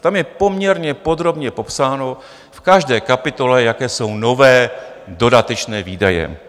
Tam je poměrně podrobně popsáno v každé kapitole, jaké jsou nové dodatečné výdaje.